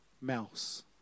mouse